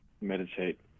Meditate